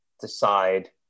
decide